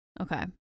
Okay